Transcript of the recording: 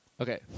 Okay